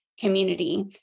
community